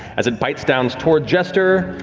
as it bites down toward jester,